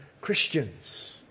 Christians